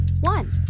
one